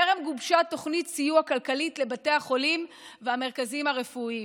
טרם גובשה תוכנית סיוע כלכלית לבתי החולים והמרכזים הרפואיים.